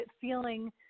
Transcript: feeling